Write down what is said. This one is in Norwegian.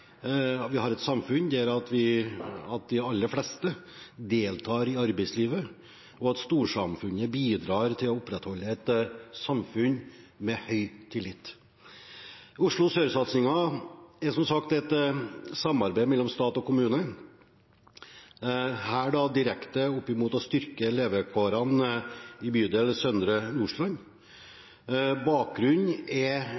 vi har et samfunn der de aller fleste deltar i arbeidslivet, og at storsamfunnet bidrar til å opprettholde et samfunn med høy tillit. Oslo sør-satsingen er som sagt et samarbeid mellom stat og kommune, direkte opp imot å styrke levekårene i bydel Søndre Nordstrand. Bakgrunnen er